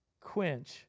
quench